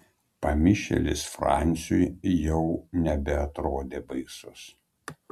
pamišėlis franciui jau nebeatrodė baisus